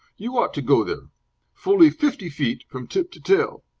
you ought to go there fully fifty feet from tip to tail.